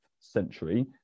century